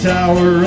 Tower